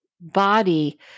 body